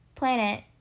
planet